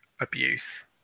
abuse